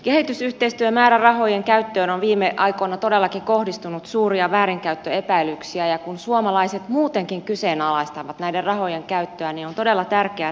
kehitysyhteistyömäärärahojen käyttöön on viime aikoina todellakin kohdistunut suuria väärinkäyttöepäilyksiä ja kun suomalaiset muutenkin kyseenalaistavat näiden rahojen käyttöä niin on todella tärkeää että ne tutkitaan